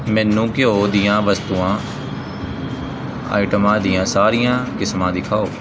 ਮੈਨੂੰ ਘਿਓ ਦੀਆਂ ਵਸਤੂਆਂ ਆਈਟਮਾਂ ਦੀਆਂ ਸਾਰੀਆਂ ਕਿਸਮਾਂ ਦਿਖਾਓ